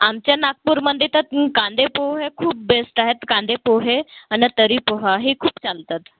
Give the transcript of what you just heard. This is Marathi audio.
आमच्या नागपूरमध्ये तर कांदे पोहे खूप बेस्ट आहेत कांदे पोहे आणि तर्री पोहा ही खूप चालतात